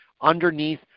underneath